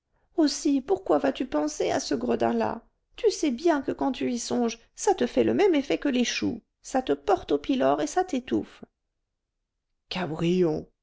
aussi pourquoi vas-tu penser à ce gredin là tu sais bien que quand tu y songes ça te fait le même effet que les choux ça te porte au pylore et ça t'étouffe